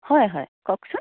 হয় হয় কওকচোন